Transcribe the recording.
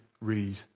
read